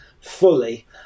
fully